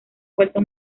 vuelto